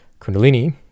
Kundalini